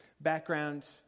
background